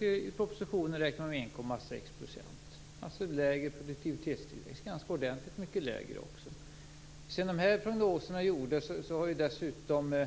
I propositionen räknar man med 1,6 %, dvs. en ganska ordentligt mycket lägre produktivitetstillväxt. Sedan de här prognoserna gjordes har dessutom